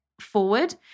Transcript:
forward